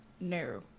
No